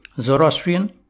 Zoroastrian